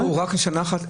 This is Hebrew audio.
החוב פה הוא רק על שנה אחת.